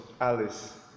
Alice